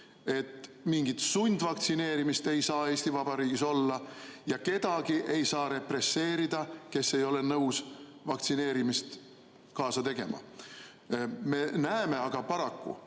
et mingit sundvaktsineerimist ei saa Eesti Vabariigis olla ja ei saa represseerida kedagi, kes ei ole nõus vaktsineerimist kaasa tegema. Me näeme aga paraku,